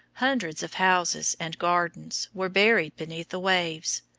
hundreds of houses and gardens were buried beneath the waves,